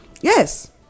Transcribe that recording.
yes